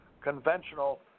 conventional